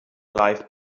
live